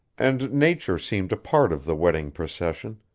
and nature seemed a part of the wedding procession,